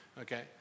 okay